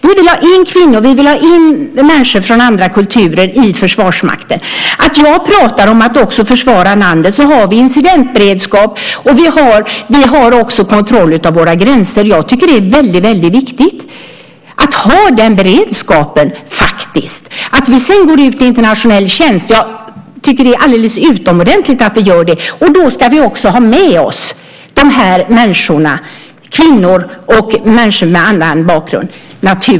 Vi vill ha in kvinnor, och vi vill ha in människor från andra kulturer i Försvarsmakten. Jag talar också om att försvara landet. Då har vi incidentberedskap, och vi har också kontroll av våra gränser. Jag tycker att det är väldigt viktigt att ha denna beredskap. Att vi sedan går ut i internationell tjänst tycker jag är alldeles utomordentligt bra. Då ska vi naturligtvis också ha med oss dessa människor, kvinnor och människor med annan bakgrund.